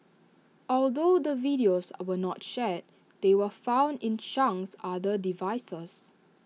although the videos were not shared they were found in Chang's other devices